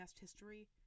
history